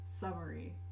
Summary